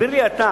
תסביר לי אתה,